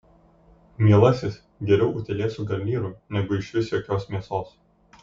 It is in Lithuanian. mielasis geriau utėlė su garnyru negu išvis jokios mėsos